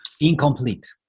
incomplete